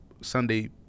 Sunday